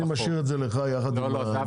אני משאיר את זה לך יחד עם אנשי המקצוע.